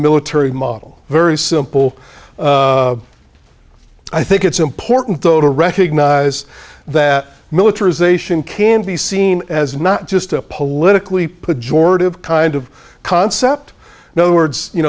military model very simple i think it's important though to recognize that militarization can be seen as not just a politically pejorative kind of concept no words you